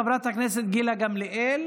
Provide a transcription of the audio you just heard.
חברת הכנסת גילה גמליאל,